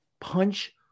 punch